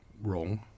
wrong